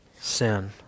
sin